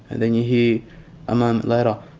then you hear a moment later